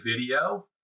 video